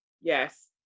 Yes